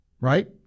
right